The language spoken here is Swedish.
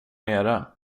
nere